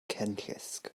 cenllysg